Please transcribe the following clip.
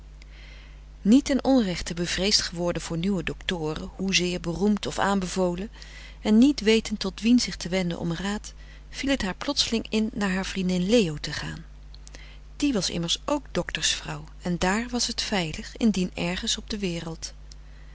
niet ten onrechte bevreesd geworden voor nieuwe doctoren hoezeer beroemd of aanbevolen en niet wetend tot wien zich te wenden om raad viel het haar plotseling in naar haar vriendin leo te gaan die was immers ook doctors vrouw en dààr was t veilig indien ergens op de wereld